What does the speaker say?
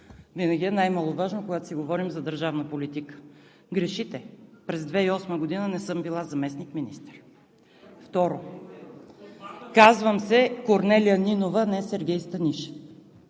винаги е най маловажно, когато говорим за държавна политика. Грешите, през 2008 г. не съм била заместник-министър. Второ, казвам се Корнелия Нинова, а не Сергей Станишев.